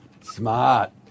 Smart